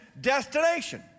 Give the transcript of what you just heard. destination